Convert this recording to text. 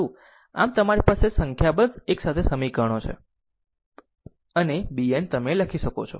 આમ તમારી પાસે સંખ્યાબંધ એક સાથે સમીકરણો છે અને bn તમે લખો છો